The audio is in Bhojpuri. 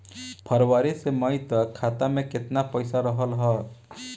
फरवरी से मई तक खाता में केतना पईसा रहल ह?